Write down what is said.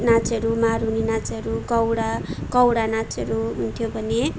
नाचहरू मारुनी नाचहरू कौडा कौडा नाचहरू हुन्थ्यो भने